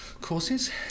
courses